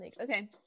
Okay